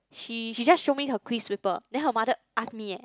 she she just show me her quiz paper then her mother ask me eh